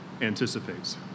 anticipates